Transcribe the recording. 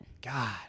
god